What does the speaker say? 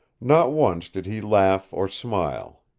not once did he laugh or smile.